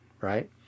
right